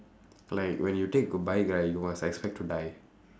like when you take goodbye right you must expect to die